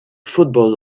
football